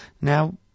now